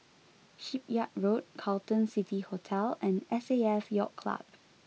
Shipyard Road Carlton City Hotel and S A F Yacht Club